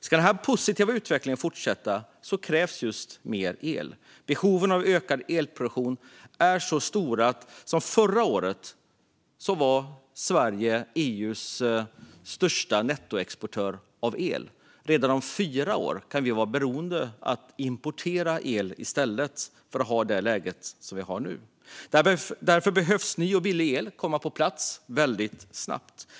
Om den positiva utvecklingen ska fortsätta krävs mer el. Behoven av ökad elproduktion är så stora att Sverige, som förra året var EU:s största nettoexportör av el, redan om fyra år kan vara beroende av importerad el i stället för att ha det läge som vi nu har. Därför behöver ny och billig el komma på plats snabbt.